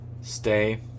stay